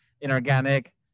inorganic